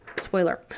Spoiler